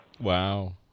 Wow